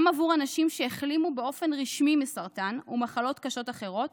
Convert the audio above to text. גם עבור אנשים שהחלימו באופן רשמי מסרטן ומחלות קשות אחרות